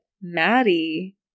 Maddie